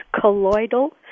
colloidal